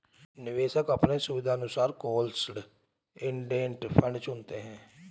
निवेशक अपने सुविधानुसार क्लोस्ड इंडेड फंड चुनते है